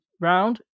round